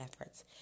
efforts